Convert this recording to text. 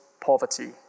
poverty